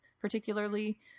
particularly